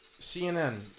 CNN